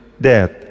death